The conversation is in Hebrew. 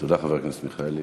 תודה, חבר הכנסת מיכאלי.